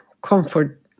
comfort